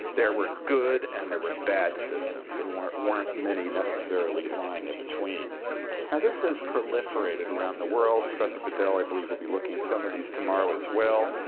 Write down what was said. there were good and there were bad systems. there weren't weren't many, necessarily, lying in between. now this has proliferated around the world. professor bodel, i believe, will be looking at some of these tomorrow, as well.